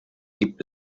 gibt